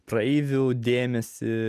praeivių dėmesį